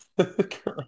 Correct